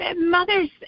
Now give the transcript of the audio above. mothers